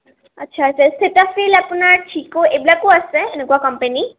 আচ্ছা আচ্ছা চেটাফিল আপোনাৰ চিকু এইবিলাকো আছে এনেকুৱা ক'ম্পেনী